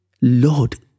Lord